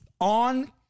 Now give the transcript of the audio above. on